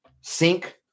Sink